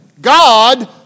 God